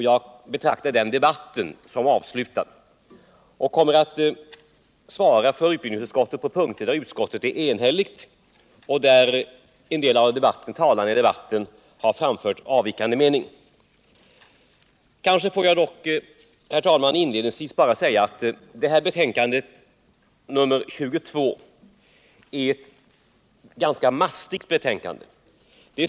Jag betraktar den debatten som avslutad, och jag kommer här att svara för utbildningsutskottet på de punkter där utskottet är enigt och där en del av talarna i debatten framfört avvikande mening. Utbildningsutskottets betänkande 22 är ganska mastigt.